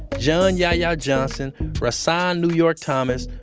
john yahya johnson rahsaan new york thomas,